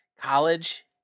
College